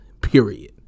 period